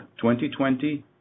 2020